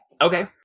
Okay